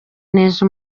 neza